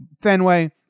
Fenway